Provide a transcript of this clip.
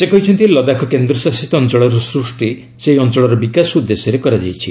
ସେ କହିଛନ୍ତି ଲଦାଖ କେନ୍ଦ୍ର ଶାସିତ ଅଞ୍ଚଳର ସୃଷ୍ଟି ସେହି ଅଞ୍ଚଳର ବିକାଶ ଉଦ୍ଦେଶ୍ୟରେ କରାଯାଇଛି